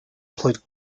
played